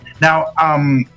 Now